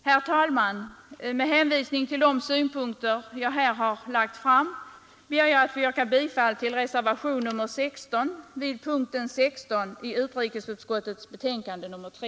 Herr talman! Med hänvisning till de synpunkter jag här lagt fram ber jag få yrka bifall till reservationen 16 vid punkten 16 i utrikesutskottets betänkande nr 3.